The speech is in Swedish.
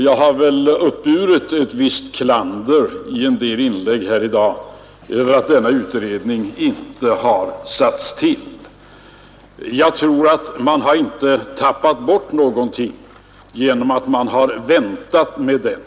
Jag har väl uppburit ett visst klander i en del inlägg här i dag för att denna utredning inte har satts till. Jag tror emellertid att man inte har tappat bort någonting genom att man väntat med den.